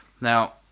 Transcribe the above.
Now